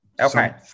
Okay